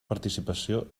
participació